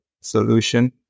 solution